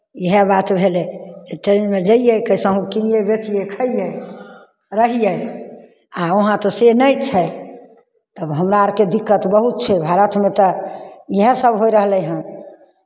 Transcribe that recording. इएह बात भेलै जे ट्रेनमे जइयै कैसहुँ किनियै बेचियै खइयै आ रहियै आ उहाँ तऽ से नहि छै तब हमरा अरके दिक्कत बहुत छै भारतमे तऽ इएहसभ होय रहलै हन